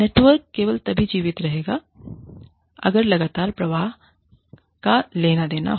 network केवल तभी जीवित रहेगा अगर लगातार प्रवाह का लेना देना हो